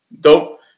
Dope